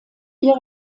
ihr